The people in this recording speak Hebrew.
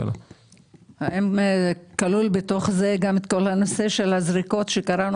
האם כלול בתוך זה כל הנושא של הזריקות ששמענו